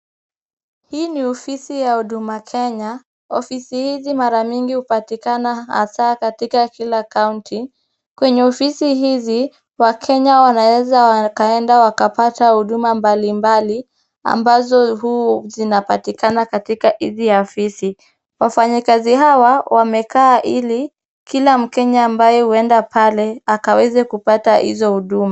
Hii ni ofisi ya huduma kenya, ofisi hizi mara mingi hupatikana hasa katika kila kaunti. Kwenye ofisi hizi, wakenya wanaweza wakaenda wakapata huduma mbalimbali ambazo zinapatikana katika hizi afisi. Wafanyikazi hawa wamekaa ili kila mkenya ambaye huenda pale akaweze kupata hizo huduma.